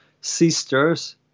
Sisters